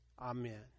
Amen